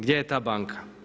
Gdje je ta banka?